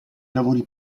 lavori